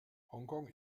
hongkong